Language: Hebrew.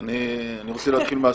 אני רוצה להתחיל מהסוף.